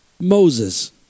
Moses